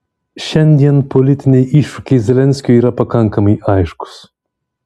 šiandien politiniai iššūkiai zelenskiui yra pakankamai aiškūs